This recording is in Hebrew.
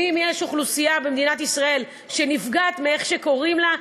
אם יש אוכלוסייה במדינת ישראל שנפגעת מאיך שקוראים לה,